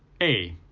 a,